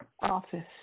office